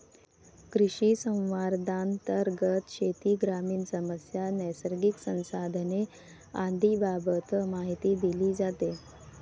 कृषिसंवादांतर्गत शेती, ग्रामीण समस्या, नैसर्गिक संसाधने आदींबाबत माहिती दिली जाते